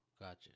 gotcha